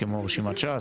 כמו רשימת ש"ס,